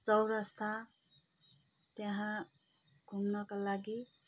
चौरस्ता त्यहाँ घुम्नका लागि